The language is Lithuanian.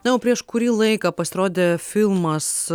na o prieš kurį laiką pasirodė filmas